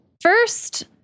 First